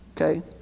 okay